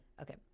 Okay